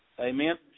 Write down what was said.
Amen